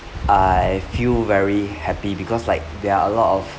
I feel very happy because like there are a lot of